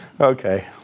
Okay